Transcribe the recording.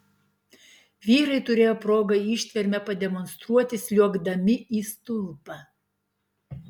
vyrai turėjo progą ištvermę pademonstruoti sliuogdami į stulpą